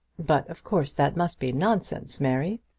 but of course that must be nonsense, mary.